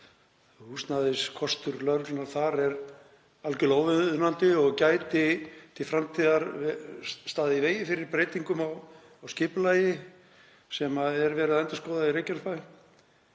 húsnæðiskostur lögreglunnar þar er algerlega óviðunandi og gæti til framtíðar staðið í vegi fyrir breytingum á skipulagi sem er verið að endurskoða í Reykjanesbæ.